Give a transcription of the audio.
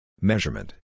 Measurement